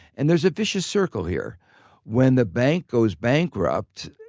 and there's a vicious circle here when the bank goes bankrupt,